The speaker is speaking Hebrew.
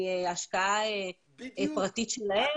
מהשקעה פרטית שלהם.